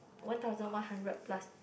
one thousand one hundred plus